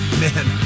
man